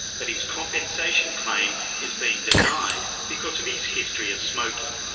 but his compensation claim is being denied because of his history of smoking.